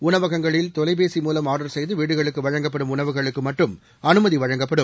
ஊணவகங்களில் தொலைபேசி மூலம் ஆர்டர் செய்து வீடுகளுக்கு வழங்கப்படும் உணவுகளுக்கு மட்டும் அனுமதி வழங்கப்படும்